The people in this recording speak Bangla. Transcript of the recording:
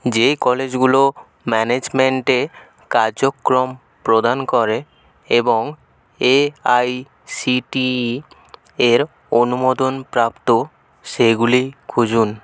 যে কলেজগুলো ম্যানেজমেন্টে কার্যক্রম প্রদান করে এবং এআইসিটিই এর অনুমোদনপ্রাপ্ত সেগুলি খুঁজুন